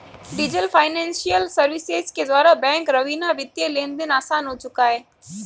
diesel financial services के द्वारा bank रवीना वित्तीय लेनदेन आसान हो चुका है